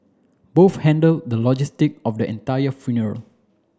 both handled the logistic of the entire funeral